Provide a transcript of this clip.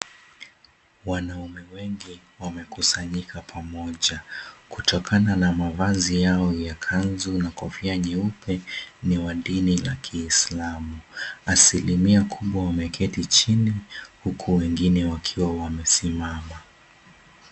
Wanaume wengi wamekusanyika pamoja. Kutokana na mavazi yao ni ya kanzu na kofia nyeupe, ni wa dini la kiislamu. Asilimia kubwa wameketi chini huku wengine wakiwa wamesimama.